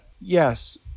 Yes